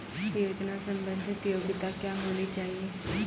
योजना संबंधित योग्यता क्या होनी चाहिए?